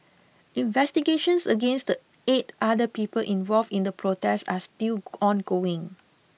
investigations against the eight other people involved in the protest are still ongoing